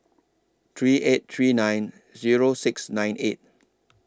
three eight three nine Zero six nine eight